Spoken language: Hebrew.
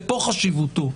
ופה חשיבותו,